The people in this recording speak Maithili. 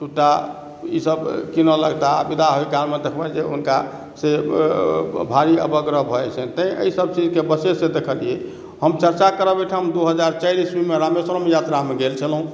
चुट्टा ईसभ किनय लगताह आ बिदा होय कालमे देखबनि जे हुनका से भारी अवग्रह भऽ जाइ छनि तँ अहिसभक चीजके बच्चेसँ देखलियै हम चर्चा करब एहिठाम दू हजार चारि इसवीमे रामेश्वरममे यात्रामे गेल छलहुँ